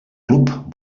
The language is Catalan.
club